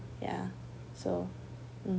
ya so mm